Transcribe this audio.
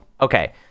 okay